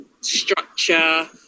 structure